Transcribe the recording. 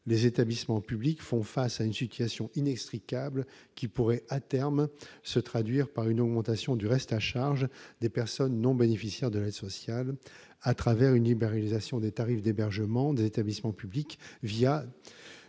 les établissements publics font face à une situation inextricable qui pourrait, à terme, se traduire par une augmentation du reste à charge pour les personnes non bénéficiaires de l'aide sociale, au travers d'une libéralisation des tarifs d'hébergement des établissements publics des